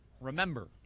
Remember